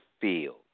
field